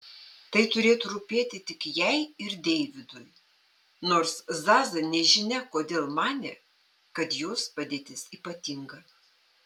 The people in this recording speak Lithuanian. tai turėtų rūpėti tik jai ir deividui nors zaza nežinia kodėl manė kad jos padėtis ypatinga